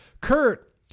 Kurt